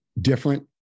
different